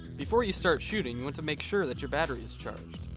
before you start shooting you want to make sure that your battery is charged.